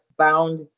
bound